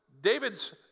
David's